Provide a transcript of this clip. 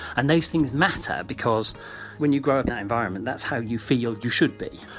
and those things matter because when you grow up in the environment that's how you feel you should be.